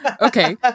Okay